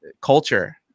culture